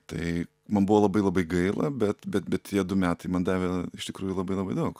tai man buvo labai labai gaila bet bet bet tie du metai man davė iš tikrųjų labai labai daug